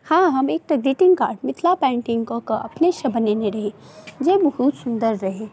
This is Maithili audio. हँ हम एकटा ग्रीटिंग कार्ड मिथिला पेन्टिंग कऽ कऽ अपनेसँ बनेने रही जे बहुत सुन्दर रहय